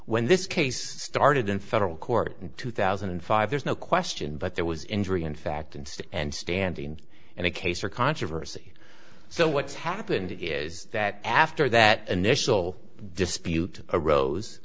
when this case started in federal court in two thousand and five there's no question but there was injury in fact in state and standing in a case or controversy so what's happened is that after that initial dispute arose